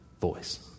voice